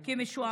כי הם משועממים.